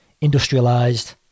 Industrialized